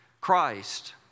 Christ